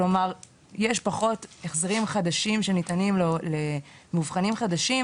כלומר יש פחות החזרים חדשים שניתנים למאובחנים חדשים,